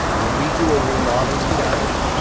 when we do a remodel you guys,